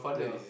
yeah